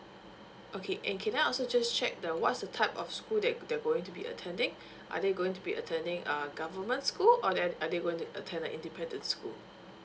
okay and can I also just check the what's the type of school that they're going to be attending are they going to be attending uh government school or they are they going to attend a independent school